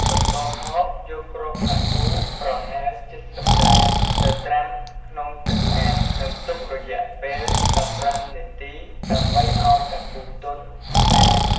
បន្ទាប់មកយកគ្រាប់សាគូប្រហែល ៧០ ក្រាមទៅត្រាំក្នុងទឹកស្អាត និងទុករយៈពេល ១៥ នាទី ដើម្បីឱ្យសាគូទន់ និងស្អាត។